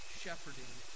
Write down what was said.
shepherding